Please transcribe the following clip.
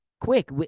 quick